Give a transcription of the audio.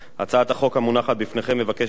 הצעת החוק המונחת בפניכם מבקשת להצעיד